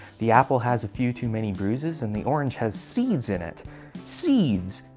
the apple has a few too many bruises and the orange has seeds in it seeds!